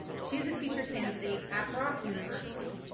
she's a teacher candidate at brock university.